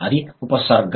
అది ఉపసర్గ